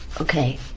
Okay